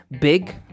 big